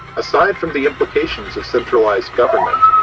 aside from the implications of centralized government,